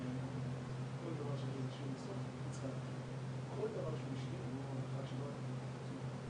ומחשבה ובחינה כלכלית של הפרויקטים האלה.